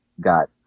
got